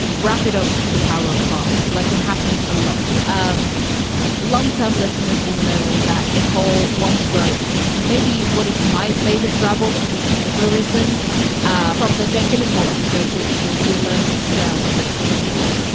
ramp it up to the power of five like it happens. a lot of um long term listeners will know that. nicole once wrote maybe what is my favorite trouble that she's ever written from the jake gyllenhaal episode, which is we learned to spell jake gyllenhaal.